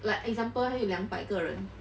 like example 他有两百个人